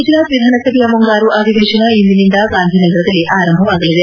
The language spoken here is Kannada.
ಗುಜರಾತ್ ವಿಧಾನಸಭೆಯ ಮುಂಗಾರು ಅಧಿವೇಶನ ಇಂದಿನಿಂದ ಗಾಂಧಿನಗರದಲ್ಲಿ ಆರಂಭವಾಗಲಿದೆ